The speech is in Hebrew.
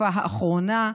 בתקופה האחרונה,